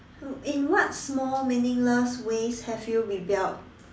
in what small meaningless ways have you rebelled